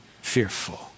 fearful